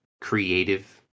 creative